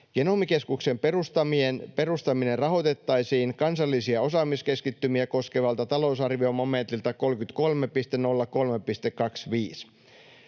Genomikeskuksen perustaminen rahoitettaisiin kansallisia osaamiskeskittymiä koskevalta talousarviomomentilta 33.03.25.